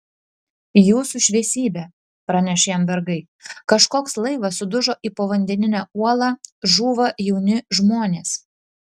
jūsų šviesybe praneš jam vergai kažkoks laivas sudužo į povandeninę uolą žūva jauni žmonės